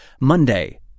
Monday